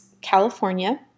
California